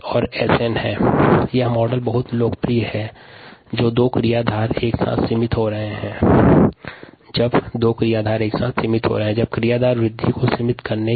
इसी प्रकार एक अन्य मॉडल भी निम्नानुसार है μmS1K1S1 S2K2S2 इस मॉडल का प्रयोग तब होता है जब दो क्रियाधार एक साथ सिमित अवस्था में होते हैं